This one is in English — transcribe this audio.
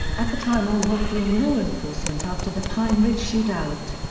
at the time all were fleeing law enforcement after the pine ridge shootout.